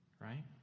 right